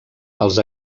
els